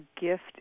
gift